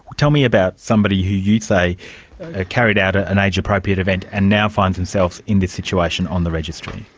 tell me about somebody who you'd say carried out ah an age-appropriate event and now finds themselves in this situation on the registry.